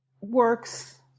works